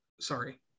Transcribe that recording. sorry